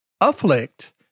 afflict